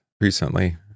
recently